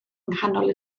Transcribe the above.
nghanol